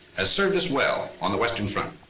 has served us well on the western front.